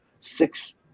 six